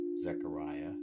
Zechariah